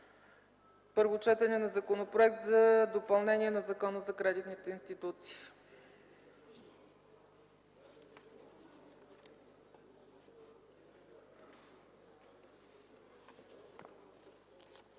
първо четене на Законопроект за допълнение на Закона за кредитните институции.